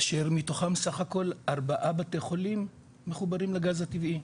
כאשר מתוכם סך הכל ארבעה בתי חולים מחוברים לגז הטבעי,